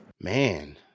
Man